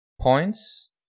points